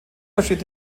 versteht